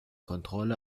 kontrolle